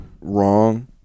Wrong